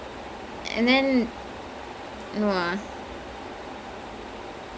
see really meh no lah don't don't I think the guy was too old for the role but I like it